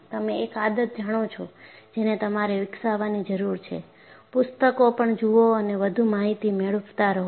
તમે એક આદત જાણો છોજેને તમારે વિકસાવવાની જરૂર છે પુસ્તકો પણ જુઓ અને વધુ માહિતી મેળવતા રહો